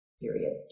Period